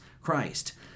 Christ